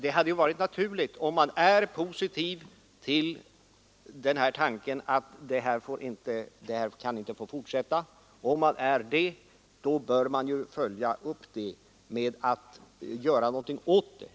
Det hade ju varit naturligt, om man är positiv till tanken att utvecklingen inte kan få fortsätta som nu, att följa upp den inställningen med att också göra något åt saken.